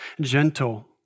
gentle